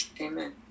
Amen